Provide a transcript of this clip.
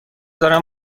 دارم